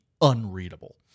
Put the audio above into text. unreadable